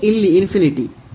ಇಲ್ಲಿ